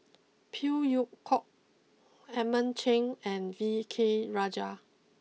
Phey Yew Kok Edmund Cheng and V K Rajah